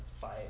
fight